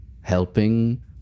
helping